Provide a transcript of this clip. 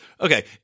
okay